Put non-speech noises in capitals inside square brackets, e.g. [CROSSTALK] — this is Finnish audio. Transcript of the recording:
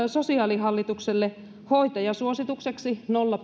sosiaalihallitukselle hoitajasuositukseksi nolla [UNINTELLIGIBLE]